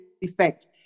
effect